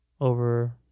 over